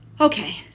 Okay